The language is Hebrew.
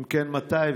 3. אם כן, מתי?